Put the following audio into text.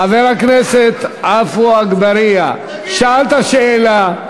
חבר הכנסת עפו אגבאריה, שאלת שאלה.